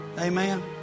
Amen